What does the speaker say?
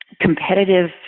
competitive